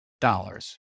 dollars